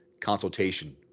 consultation